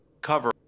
cover